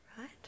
Right